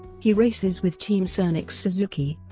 he races with team cernic's suzuki.